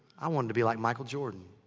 i wanted to be like michael jordan.